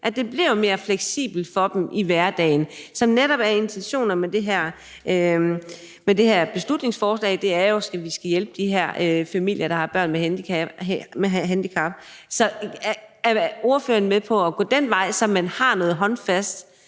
at det bliver mere fleksibelt for dem i hverdagen. Det er netop det, der er intentionen med det her beslutningsforslag, nemlig at vi skal hjælpe de her familier, der har børn med handicap. Er ordføreren med på at gå den vej, så vi har noget håndgribeligt,